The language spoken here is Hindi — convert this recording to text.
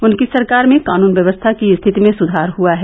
उनकी सरकार में कानून व्यवस्था की स्थिति में सुधार हुआ है